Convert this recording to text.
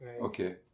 Okay